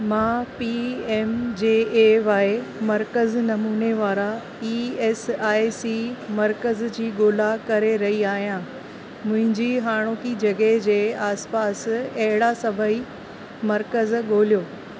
मां P M J A Y मर्कज़ नमूने वारा ई ऐस आई सी मर्कज़ जी ॻोल्हा करे रही आहियां मुंहिंजी हाणोकी जॻहि जे आसपास अहिड़ा सभई मर्कज़ ॻोल्हियो